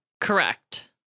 Correct